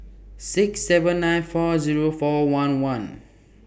six seven nine four Zero four one one